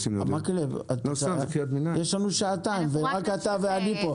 מקלב, יש לנו שעתיים, ורק אתה ואני פה.